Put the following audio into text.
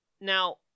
Now